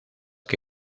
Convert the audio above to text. que